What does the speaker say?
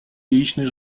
яичный